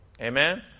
Amen